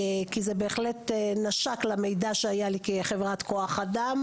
כי זה בהחלט נשק למידע שהיה לי כחברת כוח אדם